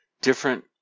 different